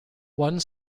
one